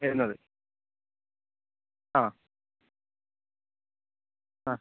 വരുന്നത് ആ ആ